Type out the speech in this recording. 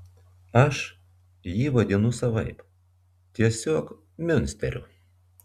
aš jį vadinu savaip tiesiog miunsteriu